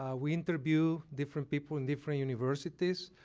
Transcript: ah we interview different people in different universities.